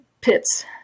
pits